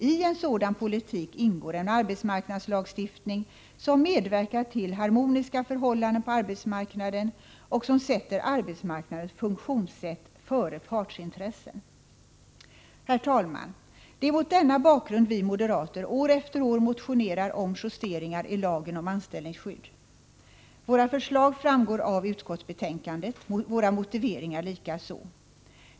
I en sådan politik ingår en arbetsmarknadslagstiftning som medverkar till harmoniska förhållanden på arbetsmarknaden och som sätter arbetsmarknadens funktionssätt före partsintressen. Herr talman! Det är mot denna bakgrund vi moderater år efter år motionerar om justeringar i lagen om anställningsskydd. Våra förslag framgår av utskottsbetänkandet, våra motiveringar likaså.